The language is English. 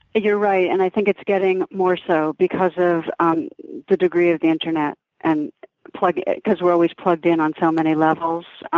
you're right and i think it's getting more so because of the degree of the internet and because we're always plugged in on so many levels.